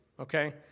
Okay